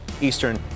Eastern